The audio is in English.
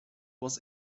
was